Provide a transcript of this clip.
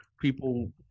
people